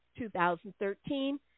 2013